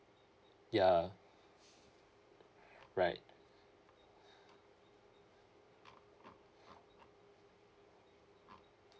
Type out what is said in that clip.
ya right